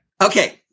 Okay